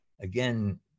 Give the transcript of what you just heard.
Again